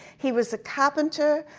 he was a carpenter.